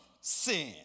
sin